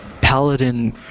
Paladin